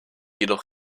jedoch